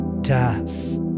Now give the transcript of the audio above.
death